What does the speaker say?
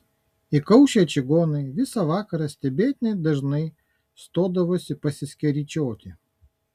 įkaušę čigonai visą vakarą stebėtinai dažnai stodavosi pasiskeryčioti